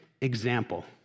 example